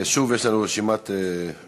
שוב יש לנו רשימת דוברים,